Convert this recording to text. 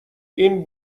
این